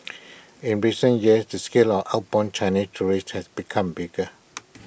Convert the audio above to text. in recent years the scale of outbound Chinese tourists has become bigger